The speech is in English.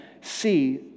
see